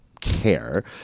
care